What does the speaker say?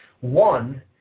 One